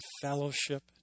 fellowship